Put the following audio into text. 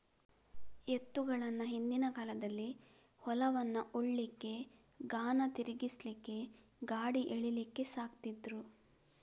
ಎತ್ತುಗಳನ್ನ ಹಿಂದಿನ ಕಾಲದಲ್ಲಿ ಹೊಲವನ್ನ ಉಳ್ಲಿಕ್ಕೆ, ಗಾಣ ತಿರ್ಗಿಸ್ಲಿಕ್ಕೆ, ಗಾಡಿ ಎಳೀಲಿಕ್ಕೆ ಸಾಕ್ತಿದ್ರು